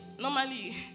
normally